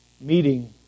meeting